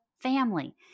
family